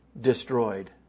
destroyed